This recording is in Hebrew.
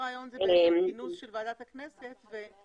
כל הרעיון הוא כינוס של ועדת הכנסת ובחירת